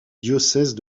diocèse